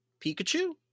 Pikachu